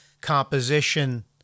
composition